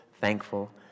thankful